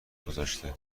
گذاشته